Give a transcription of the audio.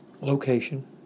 location